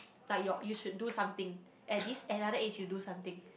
like your you should do something at this another age you do something